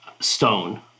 stone